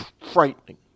frightening